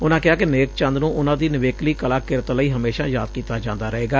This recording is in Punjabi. ਉਨੂਾ ਕਿਹਾ ਕਿ ਨੇਕ ਚੰਦ ਨੂੰ ਉਨੂਾ ਦੀ ਨਿਵੇਕਲੀ ਕਲਾ ਕ੍ਤਿ ਲਈ ਹਮੇਸ਼ਾ ਯਾਦ ਕੀਤਾ ਜਾਂਦਾ ਰਹੇਗਾ